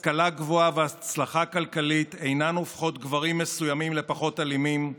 השכלה גבוהה והצלחה כלכלית אינן הופכות גברים מסוימים לפחות אלימים.